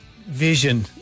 vision